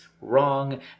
wrong